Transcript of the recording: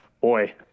boy